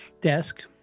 desk